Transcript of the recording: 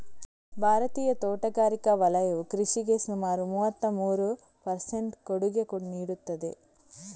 ಭಾರತೀಯ ತೋಟಗಾರಿಕಾ ವಲಯವು ಕೃಷಿಗೆ ಸುಮಾರು ಮೂವತ್ತಮೂರು ಪರ್ ಸೆಂಟ್ ಕೊಡುಗೆ ನೀಡುತ್ತದೆ